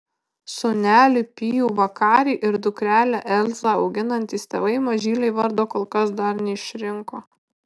sūnelį pijų vakarį ir dukrelę elzę auginantys tėvai mažylei vardo kol kas dar neišrinko